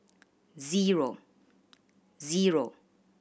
zero zero